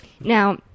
Now